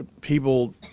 People